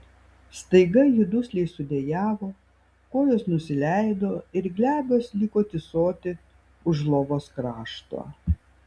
staiga ji dusliai sudejavo kojos nusileido ir glebios liko tysoti už lovos krašto